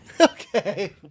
Okay